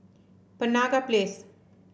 Penaga Place